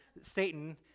Satan